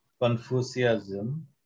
Confucianism